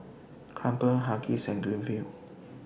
Crumpler Huggies and Greenfields